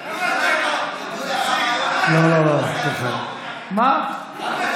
מיכאל, לא, לא, מיכאל, דודי,